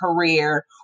career